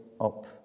up